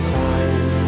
time